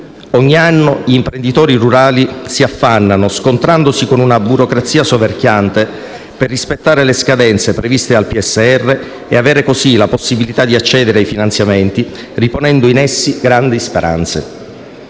Ogni anno gli imprenditori rurali si affannano, scontrandosi con una burocrazia soverchiante per rispettare le scadenze previste dal PSR e avere così la possibilità di accedere ai finanziamenti, riponendo in essi grandi speranze,